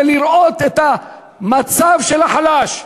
זה לראות את המצב של החלש,